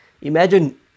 Imagine